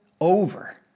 over